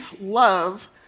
love